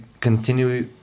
continue